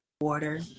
water